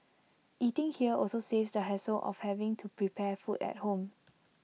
eating here also saves the hassle of having to prepare food at home